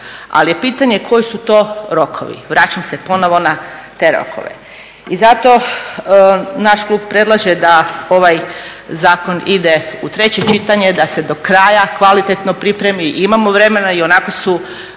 Ali je pitanje koji su to rokovi? Vraćam se ponovo na te rokove. I zato naš klub predlaže da ovaj zakon ide u treće čitanje da se do kraja kvalitetno pripremi, imamo vremena, ionako su